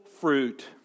fruit